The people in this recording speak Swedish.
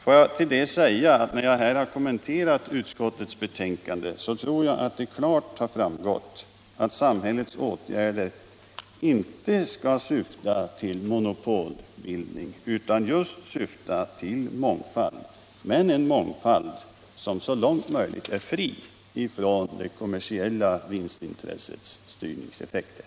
Men jag tror att när jag här kommenterade utskottets betänkande framgick det klart att samhällets åtgärder inte skall syfta till monopolbildning utan just till mångfald —- men en mångfald som så långt möjligt är fri från det kommersiella vinstintressets styrningseffekter.